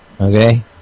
Okay